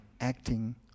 acting